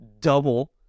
double